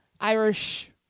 Irish